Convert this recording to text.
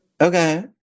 Okay